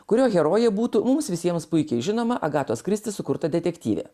kurio herojė būtų mums visiems puikiai žinoma agatos kristi sukurta detektyvė